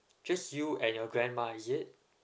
just you and your grandma is it